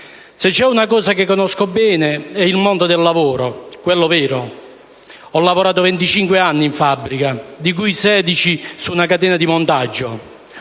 Se c'è una cosa che conosco bene è il mondo del lavoro, quello vero. Ho lavorato 25 anni in fabbrica, di cui 16 in una catena di montaggio.